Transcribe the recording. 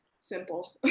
simple